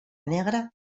negra